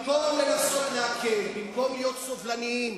במקום לנסות להקל, במקום להיות סובלנים,